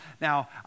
Now